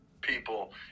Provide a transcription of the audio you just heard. people